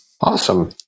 Awesome